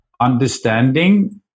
understanding